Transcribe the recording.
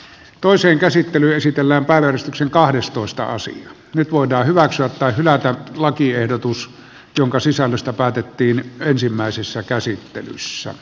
toisen käsittely esitellä päivystyksen kahdestoistaosa nyt voidaan hyväksyä tai hylätä lakiehdotus jonka sisällöstä päätettiin ensimmäisessä käsittelyssä